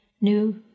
New